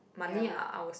ya